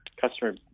Customer